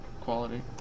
quality